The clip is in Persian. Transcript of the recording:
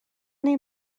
این